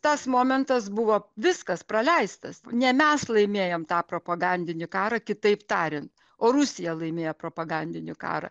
tas momentas buvo viskas praleistas ne mes laimėjom tą propagandinį karą kitaip tarian o rusija laimėjo propagandinį karą